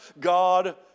God